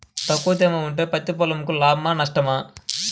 తక్కువ తేమ ఉంటే పత్తి పొలంకు లాభమా? నష్టమా?